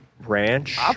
ranch